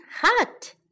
hot